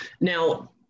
now